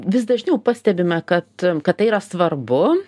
vis dažniau pastebime kad kad tai yra svarbu